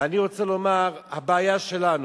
ואני רוצה לומר, הבעיה שלנו,